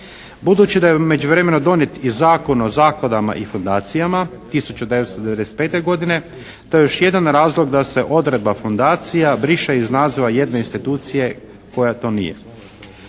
Budući da je u međuvremenu i donijet Zakon o zakladama i fundacijama 1995. godine to je još jedan razlog da se odredba fundacija briše iz naziva jedne institucije koja to nije.